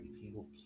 people